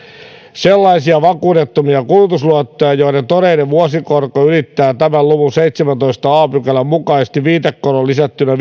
sellaisia vakuudettomia kulutusluottoja joiden todellinen vuosikorko ylittää tämän luvun seitsemännentoista a pykälän mukaisesti viitekoron lisättynä